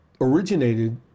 originated